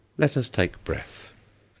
let us take breath.